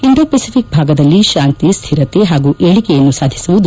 Indo Pacific ಭಾಗದಲ್ಲಿ ಶಾಂತಿ ಸ್ಹಿರತೆ ಹಾಗೂ ಏಳಿಗೆಯನ್ನು ಸಾಧಿಸುವುದು